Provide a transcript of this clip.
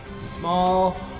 Small